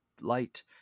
light